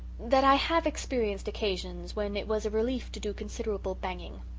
that i have experienced occasions when it was a relief to do considerable banging.